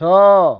ଛଅ